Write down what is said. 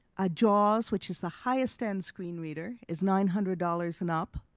a jaws which is the highest-end screen reader is nine hundred dollars and up,